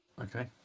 Okay